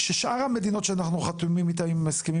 ששאר המדינות שאנחנו חתומים איתם עם הסכמים